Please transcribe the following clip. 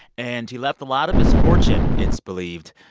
and he left a lot of his fortune, it's believed,